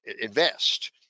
invest